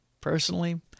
Personally